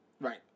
Right